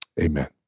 amen